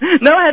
No